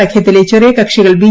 സഖ്യത്തിലെ ചെറിയകക്ഷികൾ ബി